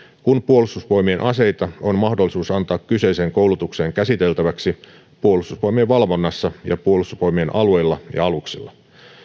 kun puolustusvoimien aseita on mahdollista antaa kyseiseen koulutukseen käsiteltäväksi puolustusvoimien valvonnassa ja puolustusvoimien alueilla ja aluksilla